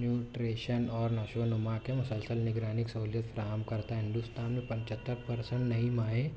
nutrition اور نشو و نما کے مسلسل نگرانی کی سہولت فراہم کرتے ہیں ہندوستان میں پچتھر پرسینٹ نئی مائیں